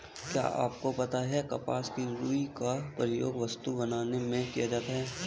क्या आपको पता है कपास की रूई का प्रयोग वस्त्र बनाने में किया जाता है?